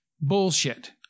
bullshit